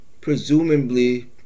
presumably